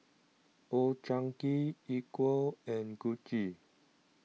Old Chang Kee Equal and Gucci